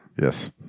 Yes